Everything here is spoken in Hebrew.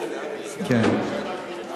שבת זכור, אני